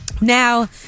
Now